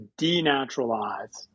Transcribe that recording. denaturalize